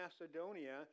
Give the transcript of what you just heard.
Macedonia